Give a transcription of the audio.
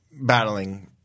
battling